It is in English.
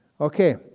Okay